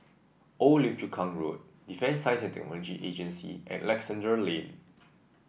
Old Lim Chu Kang Road Defence Science and Technology Agency and Alexandra Lane